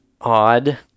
odd